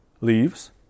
leaves